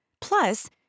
Plus